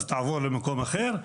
אז תעבור למקום אחר,